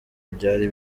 byari